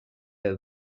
her